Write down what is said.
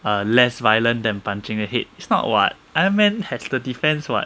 err less violent than punching the head it's not what ironman has the defense [what]